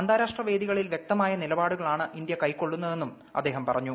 അന്താരാഷ്ട്ര വേദികളിൽവ്യക്തമായ നിലപാടുകളാണ്ഇന്ത്യകൈക്കൊള്ളുന്നതെന്നുംഅദ്ദേഹം പറഞ്ഞു